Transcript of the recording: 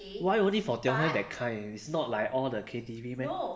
why only for teo heng that kind it's not like all the K_T_V meh